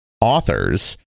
authors